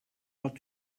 not